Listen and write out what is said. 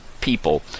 people